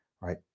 right